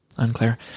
Unclear